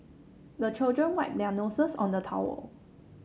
the children wipe their noses on the towel